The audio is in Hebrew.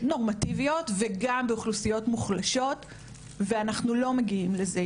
נורמטיביות וגם באוכלוסיות מוחלשות ואנחנו לא מגיעים לזה.